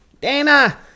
Dana